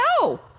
No